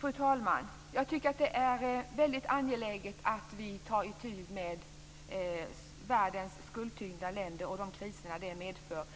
Fru talman! Jag tycker att det är väldigt angeläget att vi tar itu med världens skuldtyngda länder och de kriser detta medför.